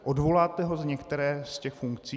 Odvoláte ho z některé z těch funkcí?